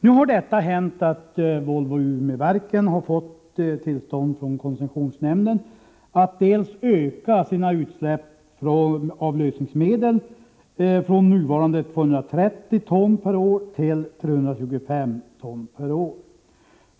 Nu har detta hänt, att Volvo Umeverken har fått tillstånd från koncessionsnämnden att öka sina utsläpp av lösningsmedel från nuvarande 230 ton per år till 325 ton per år.